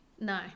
No